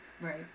Right